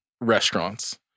restaurants